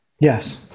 Yes